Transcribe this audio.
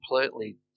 completely